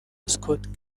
scott